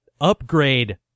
upgrade